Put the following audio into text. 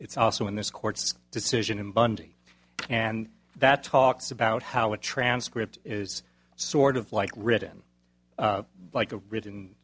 it's also in this court's decision in bundy and that talks about how a transcript is sort of like written like a written